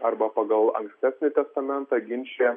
arba pagal ankstesnį testamentą ginčija